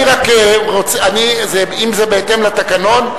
אם זה בהתאם לתקנון,